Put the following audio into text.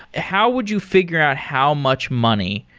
how would you figure out how much money,